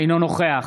אינו נוכח